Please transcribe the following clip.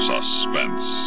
Suspense